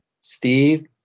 Steve